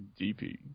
DP